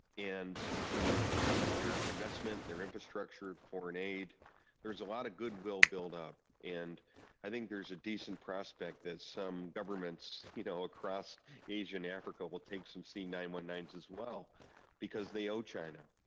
and through their investment and their infrastructure of foreign aid there's a lot of goodwill built up. and i think there's a decent prospect that some governments you know across asia and africa will take some c nine one nine s as well because they owe china.